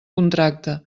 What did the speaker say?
contracte